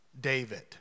David